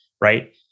right